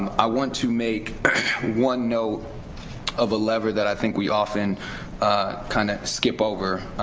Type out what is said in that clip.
um i want to make one note of a lever that i think we often kind of skip over,